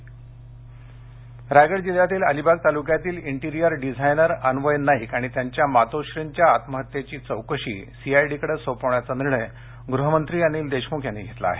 चौकशी रायगड रायगड जिल्ह्यातील अलिबाग तालुक्यातील इंटिरियर डिझायनर अन्वय नाईक आणि त्यांच्या मातोश्रींच्या आत्महत्येची चौकशी सीआयडीकडे सोपविण्याचा निर्णय गृहमंत्री अनिल देशमुख यांनी घेतला आहे